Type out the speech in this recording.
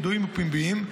ידועים ופומביים.